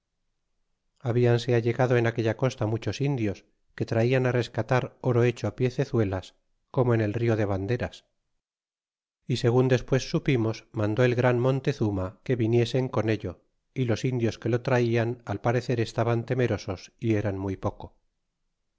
los navíos habíanse allegado en aquella costa muchos indios que traian rescatar oro hecho piecezuelas como en el rio de vanderas y segun despues supimos mandó el gran montezuma que viniesen con ello y los indios que lo traian al parecer estaban temerosos y era muy poco